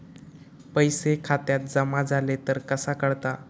पैसे खात्यात जमा झाले तर कसा कळता?